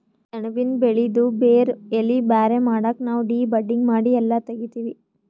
ಸೆಣಬಿನ್ ಬೆಳಿದು ಬೇರ್ ಎಲಿ ಬ್ಯಾರೆ ಮಾಡಕ್ ನಾವ್ ಡಿ ಬಡ್ಡಿಂಗ್ ಮಾಡಿ ಎಲ್ಲಾ ತೆಗಿತ್ತೀವಿ